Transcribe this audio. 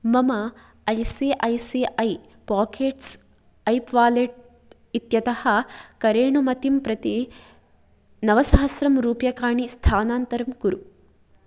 मम I C I C I pockets app wallet इत्यतः करेणुमतिं प्रति नवसहस्रं रूप्यकाणि स्थानान्तरं कुरु